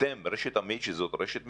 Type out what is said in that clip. אתם ברשת אמית שזו רשת מצוינת,